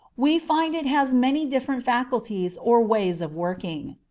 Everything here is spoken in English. we find it has many different faculties or ways of working.